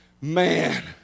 Man